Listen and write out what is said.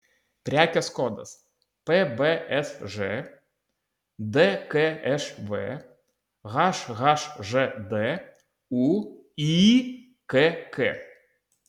prekės kodas pbsž dkšv hhžd uykk